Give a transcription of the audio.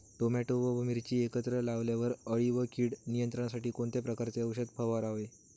Tomato व मिरची एकत्रित लावल्यावर अळी व कीड नियंत्रणासाठी कोणत्या प्रकारचे औषध फवारावे?